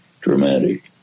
dramatic